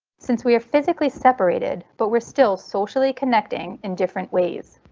since we are physically separated, but we're still socially connecting in different ways.